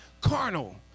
carnal